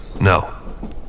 no